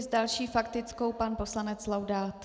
S další faktickou pan poslanec Laudát.